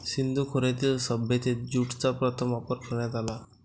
सिंधू खोऱ्यातील सभ्यतेत ज्यूटचा प्रथम वापर करण्यात आला